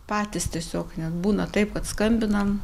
patys tiesiog net būna taip kad skambinam